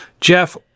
jeff